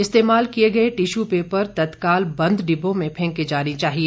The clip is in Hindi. इस्तेमाल किये गये टिश्यू पेपर तत्काल बंद डिब्बों में फेंके जाने चाहिए